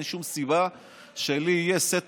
אין שום סיבה שלי יהיה סט